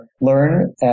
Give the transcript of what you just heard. learn